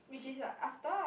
which is what after